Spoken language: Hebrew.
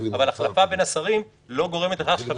אבל החלפה בין השרים לא גורמת לכך שחבר